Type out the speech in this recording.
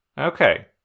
Okay